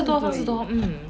二十多三十多 mm